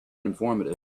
informative